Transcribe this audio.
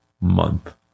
month